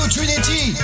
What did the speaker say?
Trinity